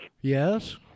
Yes